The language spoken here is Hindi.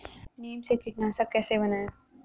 नीम से कीटनाशक कैसे बनाएं?